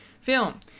film